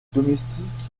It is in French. domestiques